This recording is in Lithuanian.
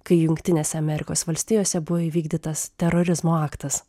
kai jungtinėse amerikos valstijose buvo įvykdytas terorizmo aktas